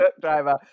driver